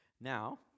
Now